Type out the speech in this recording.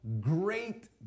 great